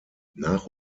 nach